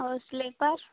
और स्लीपर